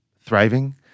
thriving